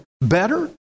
better